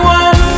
one